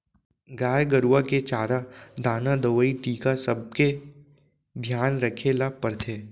गाय गरूवा के चारा दाना, दवई, टीका सबके धियान रखे ल परथे